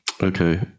okay